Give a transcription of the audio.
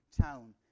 town